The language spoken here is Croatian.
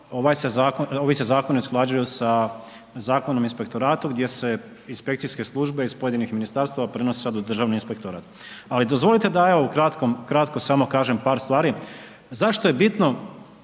ovi se zakoni usklađuju sa Zakonom o inspektoratu, gdje se inspekcijske službe iz pojedinih ministarstava prenose sada u državni inspektorat. Ali, dozvolite mi evo, samo da ukratko kažem par stvari. Zašto je bitno